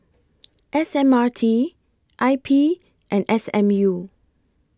S M R T I P and S M U